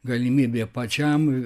galimybė pačiam